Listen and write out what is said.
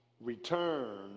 return